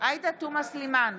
עאידה תומא סלימאן,